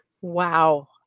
Wow